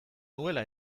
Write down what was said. nuela